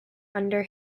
under